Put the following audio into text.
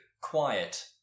quiet